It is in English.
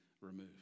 removed